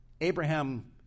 Abraham